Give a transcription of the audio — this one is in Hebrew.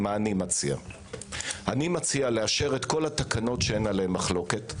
אני מציע לאשר את כל התקנות שאין עליהן מחלוקת,